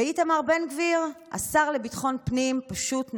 ואיתמר בן גביר, השר לביטחון פנים, פשוט נעלם.